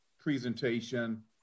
presentation